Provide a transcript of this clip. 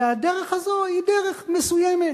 שהדרך הזאת היא דרך מסוימת: